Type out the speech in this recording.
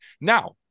Now